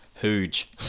Huge